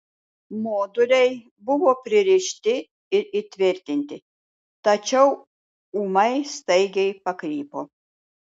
moduliai buvo pririšti ir įtvirtinti tačiau ūmai staigiai pakrypo